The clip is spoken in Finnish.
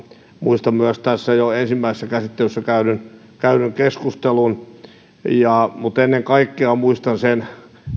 muistan myös jo ensimmäisessä käsittelyssä käydyn käydyn keskustelun mutta ennen kaikkea muistan sen